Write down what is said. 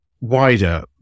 wider